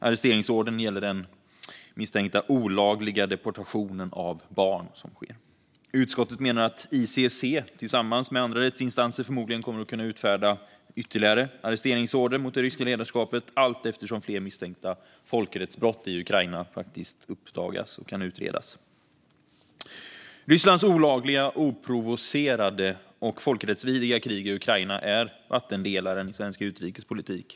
Arresteringsordern gäller den misstänkta olagliga deportation av barn som sker. Utskottet menar att ICC tillsammans med andra rättsinstanser förmodligen kommer att kunna utfärda ytterligare arresteringsorder mot det ryska ledarskapet allteftersom fler misstänkta folkrättsbrott i Ukraina uppdagas och kan utredas. Rysslands olagliga, oprovocerade och folkrättsvidriga krig i Ukraina är en vattendelare i svensk utrikespolitik.